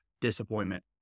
disappointment